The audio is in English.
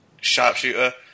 sharpshooter